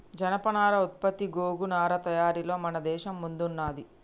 జనపనార ఉత్పత్తి గోగు నారా తయారీలలో మన దేశం ముందున్నది